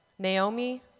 Naomi